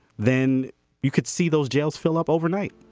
then you could see those jails fill up overnight.